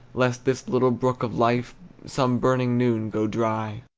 lest this little brook of life some burning noon go dry!